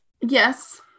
Yes